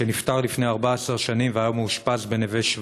שנפטר לפני 14 שנים והיה מאושפז ב"נווה שבא".